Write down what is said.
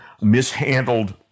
mishandled